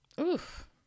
Oof